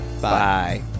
Bye